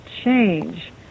change